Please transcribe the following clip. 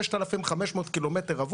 6,500 קמ"ר,